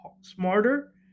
smarter